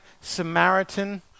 Samaritan